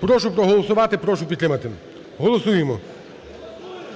Прошу проголосувати. Прошу підтримати. Голосуємо.